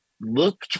look